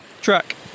track